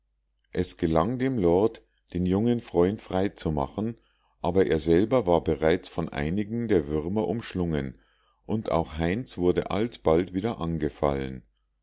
es gelang dem lord den jungen freund frei zu machen aber er selber war bereits von einigen der würmer umschlungen und auch heinz wurde alsbald wieder angefallen